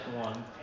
one